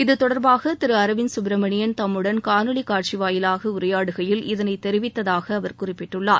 இத்தொடர்பாக திரு அரவிந்த் கட்பிரமணியன் தம்முடன் காணொலி காட்சி வாயிலாக உரையாடுகையில் இதனை தெரிவித்ததாக அவர் குறிப்பிட்டுள்ளார்